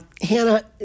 hannah